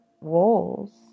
roles